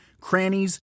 crannies